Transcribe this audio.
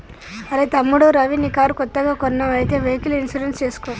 అరెయ్ తమ్ముడు రవి నీ కారు కొత్తగా కొన్నావ్ అయితే వెహికల్ ఇన్సూరెన్స్ చేసుకో